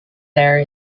there